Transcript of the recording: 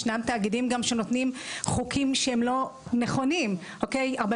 ישנם תאגידים שגם נותנים חוקים שהם לא נכונים; הרבה